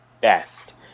best